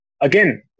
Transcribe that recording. again